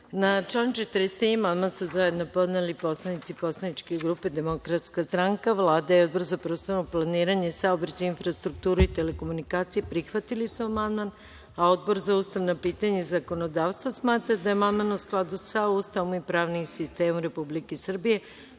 Na član 43. amandman su zajedno podneli poslanici poslanike grupe Demokratska stranka. Vlada i Odbor za prostorno planiranje, saobraćaj, infrastrukturu i telekomunikacije prihvatili su amandman, a Odbor za ustavna pitanja i zakonodavstvo smatra da je amandman u skladu sa Ustavom i pravnim sistemom Republike Srbije,